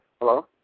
Hello